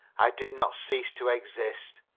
i did not cease to exist,